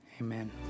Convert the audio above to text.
Amen